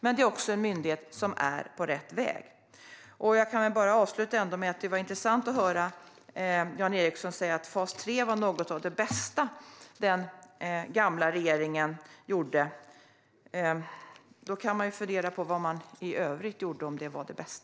Men det är också en myndighet som är på rätt väg. Jag kan avsluta med att säga att det var intressant att höra Jan Ericson säga att fas 3 var något av det bästa som den gamla regeringen gjorde. Om detta var det bästa kan man fundera på vad man gjorde i övrigt.